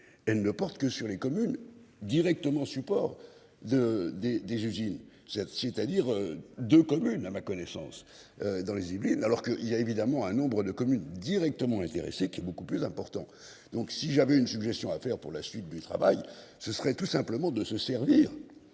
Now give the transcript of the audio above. elle ne porte que sur les communes directement support de des des usines cette c'est-à-dire. De communes à ma connaissance, dans les Yvelines. Alors que il y a évidemment un nombre de communes directement intéressés qui est beaucoup plus important. Donc si j'avais une suggestion à faire pour la suite du travail, ce serait tout simplement de se servir